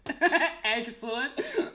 Excellent